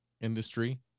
industry